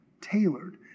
tailored